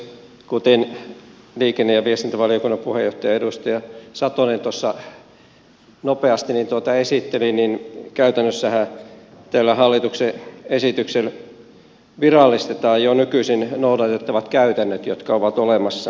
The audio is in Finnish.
kuten liikenne ja viestintävaliokunnan puheenjohtaja edustaja satonen nopeasti esitteli niin käytännössähän tällä hallituksen esityksellä virallistetaan jo nykyisin noudatettavat käytännöt jotka ovat olemassa